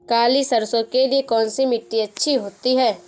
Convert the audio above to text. काली सरसो के लिए कौन सी मिट्टी अच्छी होती है?